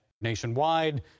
Nationwide